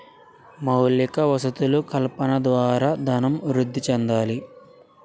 మౌలిక వసతులు కల్పన ద్వారా ధనం వృద్ధి చెందాలి